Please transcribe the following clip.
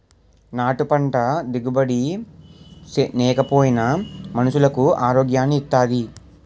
నాటు పంట దిగుబడి నేకపోయినా మనుసులకు ఆరోగ్యాన్ని ఇత్తాది